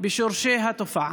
בשורשי התופעה.